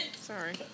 Sorry